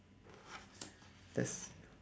that's